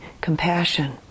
compassion